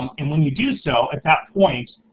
and when you do so, at that point,